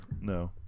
No